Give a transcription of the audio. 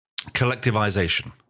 collectivization